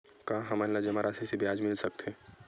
का हमन ला जमा राशि से ब्याज मिल सकथे?